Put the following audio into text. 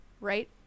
right